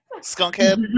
skunkhead